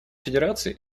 федерации